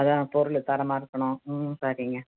அதான் பொருள் தரமாக இருக்கணும் ம் சரிங்க